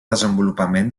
desenvolupament